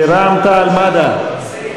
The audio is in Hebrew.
משרד המדע, התרבות (תמיכה בספורט),